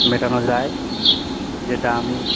মেটানো যায় যেটা আমি